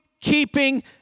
keeping